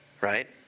Right